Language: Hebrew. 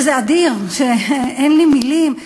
שזה אדיר, אין לי מילים,